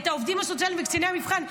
את העובדים הסוציאליים וקציני המבחן,